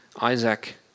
Isaac